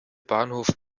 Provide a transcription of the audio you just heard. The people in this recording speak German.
bahnhof